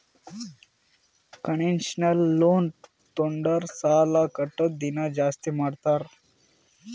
concessional loan ತೊಂಡುರ್ ಸಾಲಾ ಕಟ್ಟದ್ ದಿನಾ ಜಾಸ್ತಿ ಮಾಡ್ತಾರ್